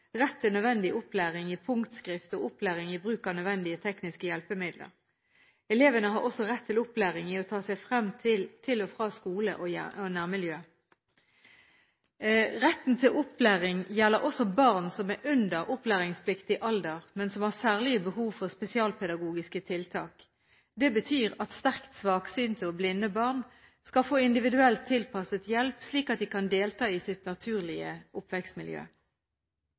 rett til nødvendig opplæring i punktskrift og opplæring i bruk av nødvendige tekniske hjelpemidler. Elevene har også rett til opplæring i å ta seg frem til og fra skole og i nærmiljø. Retten til opplæring gjelder også barn som er under opplæringspliktig alder, men som har særlige behov for spesialpedagogiske tiltak. Det betyr at sterkt svaksynte og blinde barn skal få individuelt tilpasset hjelp, slik at de kan delta i sitt naturlige oppvekstmiljø.